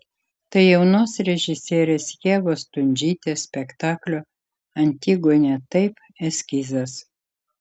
tai jaunos režisierės ievos stundžytės spektaklio antigonė taip eskizas